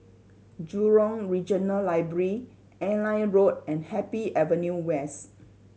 Jurong Regional Library Airline Road and Happy Avenue West